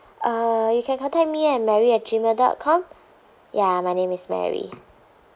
uh you can contact me at mary at gmail dot com ya my name is mary